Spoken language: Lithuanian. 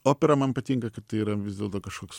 opera man patinka kad tai yra vis dėlto kažkoks